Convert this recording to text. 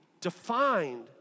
defined